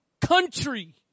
country